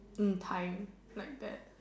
in time like that